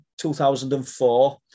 2004